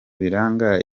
biranga